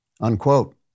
unquote